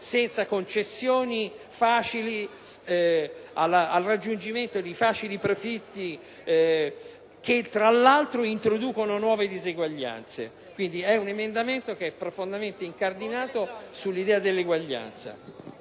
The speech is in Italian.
senza concessioni al raggiungimento di facili profitti che, tra l'altro, introducono nuove diseguaglianze. Si tratta quindi di un emendamento profondamente incardinato sull'idea dell'eguaglianza.